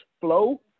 flow